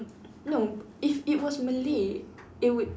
no if it was Malay it would